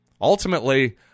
Ultimately